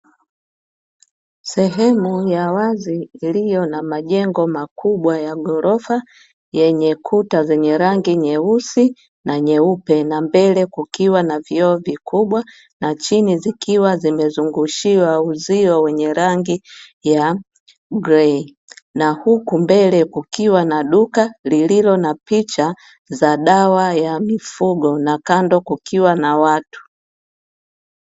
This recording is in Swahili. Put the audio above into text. Sehemu ya wazi iliyo na majengo makubwa ya ghorofa, yenye kuta zenye rangi nyeusi na nyeupe na mbele kukiwa na vioo vikubwa na chini ikiwa vimezungushiwa uzio wenye rangi ya grei, na huku mbele kukiwa na duka lililo na picha zenye dawa ya mifugo na kando kukiwa na watu.